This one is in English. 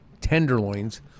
tenderloins